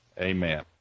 amen